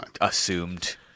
assumed